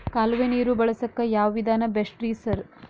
ಕಾಲುವೆ ನೀರು ಬಳಸಕ್ಕ್ ಯಾವ್ ವಿಧಾನ ಬೆಸ್ಟ್ ರಿ ಸರ್?